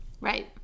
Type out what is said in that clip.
Right